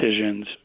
decisions